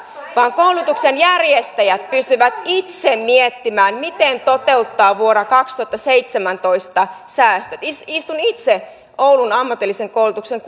vaan koulutuksen järjestäjät pystyvät itse miettimään miten toteuttaa vuonna kaksituhattaseitsemäntoista säästöt istun itse oulun seudun ammatillisen koulutuksen